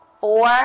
four